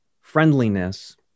friendliness